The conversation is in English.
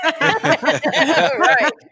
right